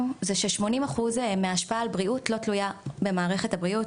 שכ-80% מהבריאות לא תלוי במערכת הבריאות,